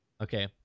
Okay